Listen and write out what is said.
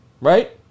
right